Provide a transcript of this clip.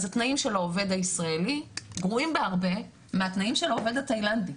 אז התנאים של העובד הישראלי גרועים בהרבה מהתנאים של העובד התאילנדי,